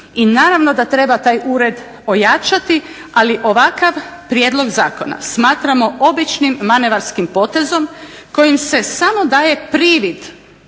i naravno da treba taj ured ojačati, ali ovakav prijedlog zakona smatramo običnim manevarskim potezom, kojim se samo daje privid